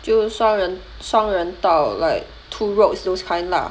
就双人双人道 like two roads those kind ah